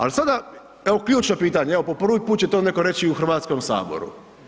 Ali sada evo ključno pitanje, evo po prvi put će to netko reći u Hrvatskom saboru.